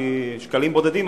שהיא שקלים בודדים,